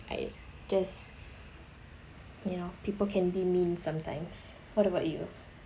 I just ya you know people can be mean sometimes what about you